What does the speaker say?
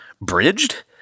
bridged